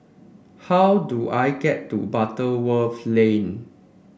how do I get to Butterworth Lane